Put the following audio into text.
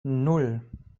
nan